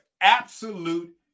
absolute